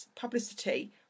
publicity